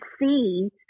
see